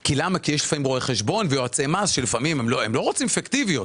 כי לפעמים יש רואה חשבון ויועצי מס שהם לא רוצים פיקטיביות.